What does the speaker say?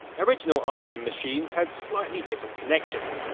original ibm machines had slightly different connections,